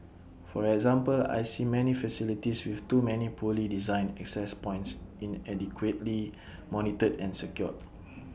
for example I see many facilities with too many poorly designed access points inadequately monitored and secured